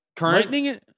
Lightning